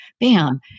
bam